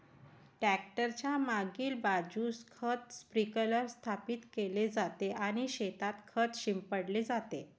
tractor च्या मागील बाजूस खत स्प्रिंकलर स्थापित केले जाते आणि शेतात खत शिंपडले जाते